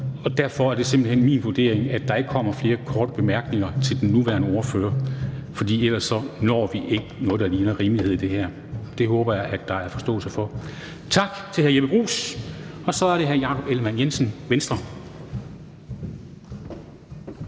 Derfor er det simpelt hen min vurdering, at der ikke kommer flere korte bemærkninger til den nuværende ordfører, for ellers når vi ikke noget, der ligner rimelighed i det her. Det håber jeg at der er forståelse for. Tak til hr. Jeppe Bruus. Så er det hr. Jakob Ellemann-Jensen, Venstre. Kl.